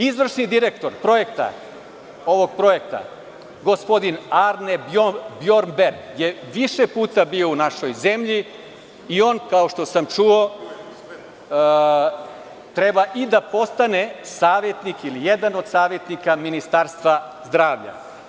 Izvršni direktor ovog projekta, gospodin Arne Bjomberg je više puta bio u našoj zemlji i kao što sam čuo, treba da postane savetnik ili jedan od savetnika Ministarstva zdravlja.